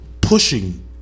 pushing